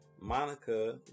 Monica